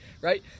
right